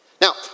Now